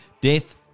death